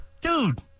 Dude